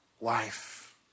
life